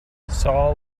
saul